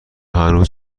هنوز